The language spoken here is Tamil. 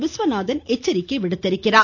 விஸ்வநாதன் எச்சரிக்கை விடுத்திருக்கிறார்